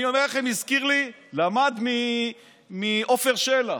אני אומר לכם, הזכיר לי, למד מעפר שלח.